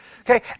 Okay